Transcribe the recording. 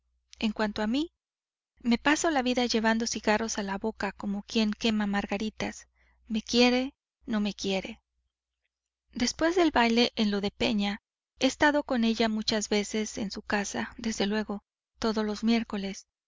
en cuanto a mí me paso la vida llevando cigarros a la boca como quien quema margaritas me quiere no me quiere después del baile en lo de peña he estado con ella muchas veces en su casa desde luego todos los miércoles